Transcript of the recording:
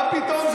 מה פתאום,